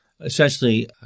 Essentially